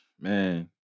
man